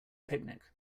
picnic